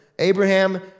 Abraham